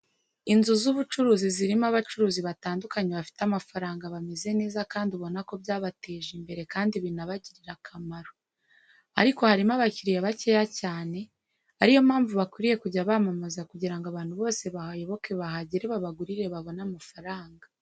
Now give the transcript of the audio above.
Inzu z'ubucuruzi zirimo abacuruzi batandukanye bafite amafaranga bameze neza kandi ubona ko byabateje imbere kandi binabagirira akamaro, ariko harimo abakiriya bakeya cyane ariyo mpamvu bakwiye kujya bamamaza kugira ngo abantu bose bahayoboke bahagere babagurire babone amafaranga.